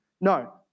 No